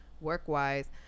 work-wise